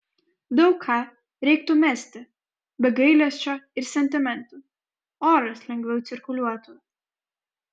daug ką reiktų mesti be gailesčio ir sentimentų oras lengviau cirkuliuotų